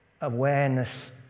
awareness